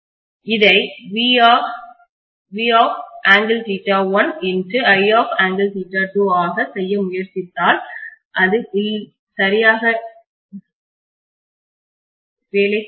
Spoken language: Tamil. எனவே இதைV∠I∠ ஆக செய்ய முயற்சித்தால் அது இல்லை சரியாக வேலை செய்யாது